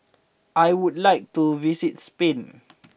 I would like to visit Spain